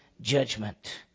judgment